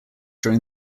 during